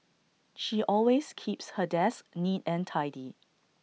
she always keeps her desk neat and tidy